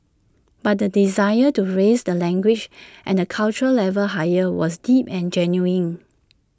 but the desire to raise the language and cultural levels higher was deep and genuine